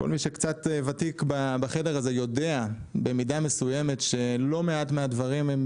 כל מי שקצת ותיק בחדר הזה יודע במידה מסוימת שלא מעט מהדברים היו